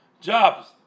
jobs